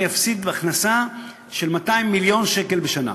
אני אפסיד הכנסה של 200 מיליון שקל בשנה.